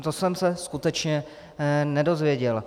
To jsem se skutečně nedozvěděl.